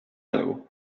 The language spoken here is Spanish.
algo